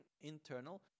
internal